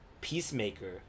Peacemaker